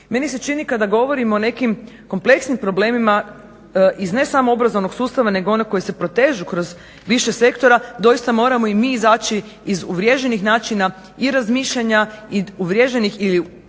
Meni se čini kada govorimo o nekim kompleksnim problemima iz ne samo obrazovnog sustava nego onih koji se protežu kroz više sektora doista moramo i mi izaći iz uvriježenih načina i razmišljanja i uvriježenih ili uhodanih